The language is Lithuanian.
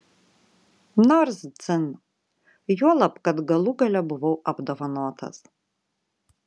nors dzin juolab kad galų gale buvau apdovanotas